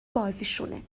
بازیشونه